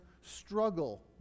struggle